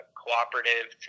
cooperative